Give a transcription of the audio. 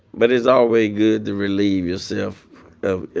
but it's always good to relieve yourself of